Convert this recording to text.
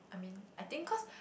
I mean I think cause